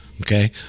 okay